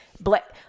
Black